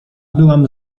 byłam